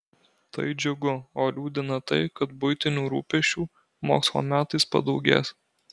tai džiugu o liūdina tai kad buitinių rūpesčių mokslo metais padaugės